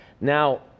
Now